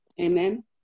Amen